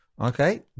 Okay